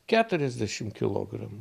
keturiasdešim kilogramų